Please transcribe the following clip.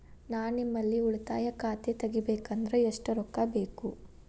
ನಾ ನಿಮ್ಮಲ್ಲಿ ಉಳಿತಾಯ ಖಾತೆ ತೆಗಿಬೇಕಂದ್ರ ಎಷ್ಟು ರೊಕ್ಕ ಬೇಕು?